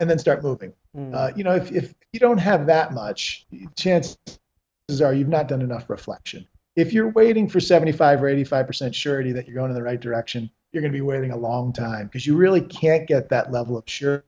and then start moving you know if you don't have that much chance as are you not done enough reflection if you're waiting for seventy five or eighty five percent surety that you're going the right direction you're going to be waiting a long time because you really can't get that level of